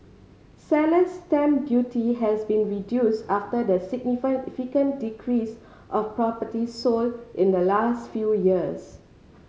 seller's stamp duty has been reduced after the decrease of properties sold in the last few years